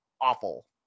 awful